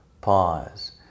Pause